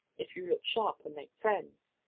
if you look sharp and make friends,